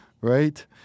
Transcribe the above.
right